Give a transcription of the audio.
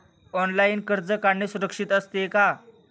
Online कर्ज काढणे सुरक्षित असते का?